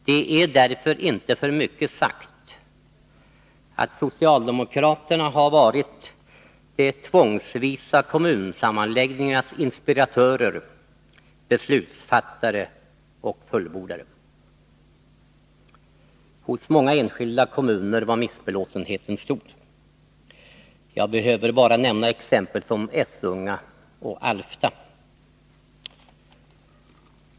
Det är därför inte för mycket sagt att socialdemokraterna har varit de tvångsvisa kommunsammanläggningarnas inspiratörer, beslutsfattare och fullbordare. Hos många enskilda kommuner var missbelåtenheten stor. Jag behöver bara nämna exempel som Essunga och Alfta.